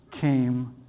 came